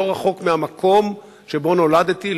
לא רחוק מהמקום שבו נולדתי,